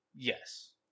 Yes